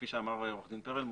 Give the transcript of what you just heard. כפי שאמר עורך דין פרלמוטר,